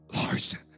Larson